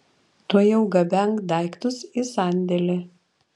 tuojau gabenk daiktus į sandėlį